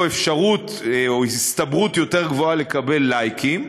אפשרות או הסתברות יותר גבוהה לקבל "לייקים"?